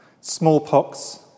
smallpox